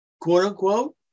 quote-unquote